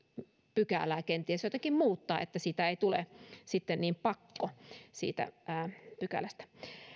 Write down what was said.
pykälää kenties jotenkin muuttaa että siitä ei tule sitten niin pakko siitä pykälästä